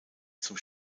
zum